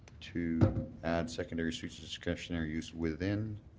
to add secondary suites to discretionary use within